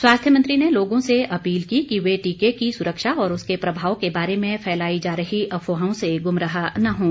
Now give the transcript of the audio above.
स्वास्थ्य मंत्री ने लोगों से अपील की कि वह टीके की सुरक्षा और उसके प्रभाव के बारे में फैलाई जा रही अफवाहों से गुमराह न हों